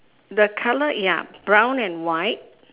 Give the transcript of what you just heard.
the colour ya brown and white